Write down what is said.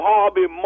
Harvey